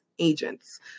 Agents